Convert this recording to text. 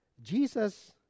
Jesus